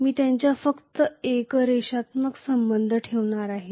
मी त्यांच्यात फक्त एक रेषात्मक संबंध ठेवणार आहे